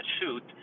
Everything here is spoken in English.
shoot